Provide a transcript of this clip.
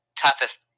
toughest